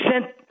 sent